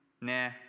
Nah